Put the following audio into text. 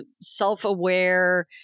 self-aware